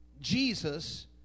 Jesus